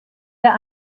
der